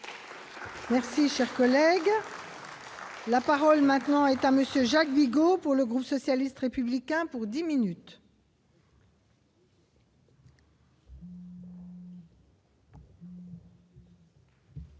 Merci, cher collègue. La parole maintenant est à monsieur Jacques Bigot pour le groupe socialiste républicain pour 10 minutes.